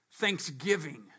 thanksgiving